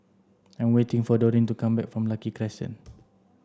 I'm waiting for Dorine to come back from Lucky Crescent